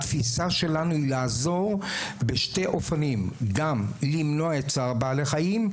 התפיסה שלנו היא לעזור בשני אופנים: גם למנוע את צער בעלי חיים,